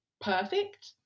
perfect